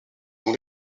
dans